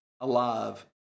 alive